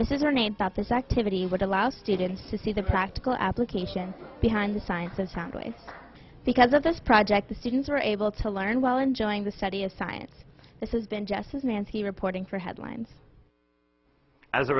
misses her name that this activity would allow students to see the practical application behind the sciences found ways because of this project the students were able to learn while enjoying the study of science this has been just as nancy reporting for headlines as a